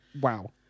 Wow